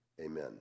Amen